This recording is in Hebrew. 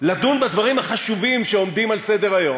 לדון בדברים החשובים שעומדים על סדר-היום.